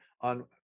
on